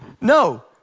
No